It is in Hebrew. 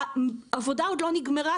העבודה עוד לא נגמרה,